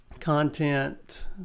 content